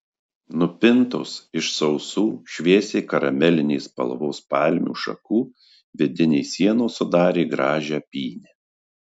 nupintos iš sausų šviesiai karamelinės spalvos palmių šakų vidinės sienos sudarė gražią pynę